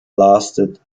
lasted